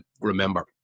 remember